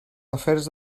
afers